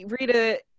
Rita